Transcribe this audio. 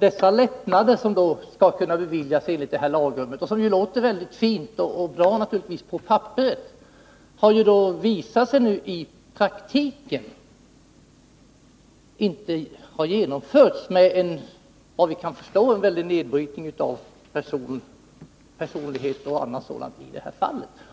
De lättnader som skall kunna beviljas enligt detta lagrum, och som naturligtvis ser mycket bra och fina ut på papperet, har alltså här i praktiken inte beviljats, och såvitt vi kan förstå har detta som följd haft en väldig nedbrytning av personligheten.